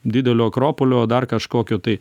didelio akropolio o dar kažkokio tai